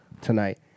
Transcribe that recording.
tonight